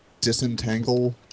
disentangle